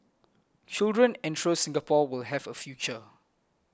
children ensure Singapore will have a future